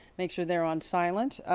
make sure they're on silent,